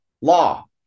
law